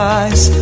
eyes